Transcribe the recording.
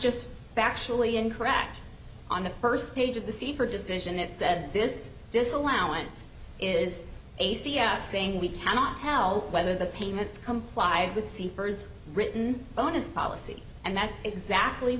just factually incorrect on the first page of the secret decision it said this disallowance is a c f saying we cannot tell whether the payments comply with sea birds written bonus policy and that's exactly